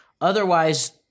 Otherwise